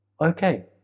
okay